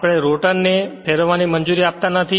આપણે રોટર ને ફેરવવાની મંજૂરી આપતા નથી